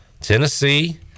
Tennessee